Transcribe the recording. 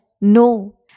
No